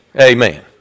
amen